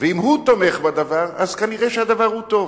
ואם הוא תומך בדבר, אז כנראה שהדבר הוא טוב.